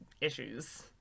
issues